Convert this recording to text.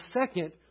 second